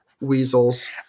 weasels